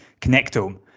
connectome